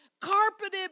Carpeted